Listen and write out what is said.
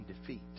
defeat